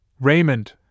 Raymond